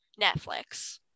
Netflix